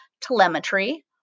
Telemetry